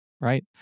Right